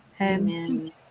amen